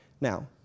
Now